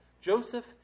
Joseph